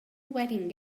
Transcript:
wedding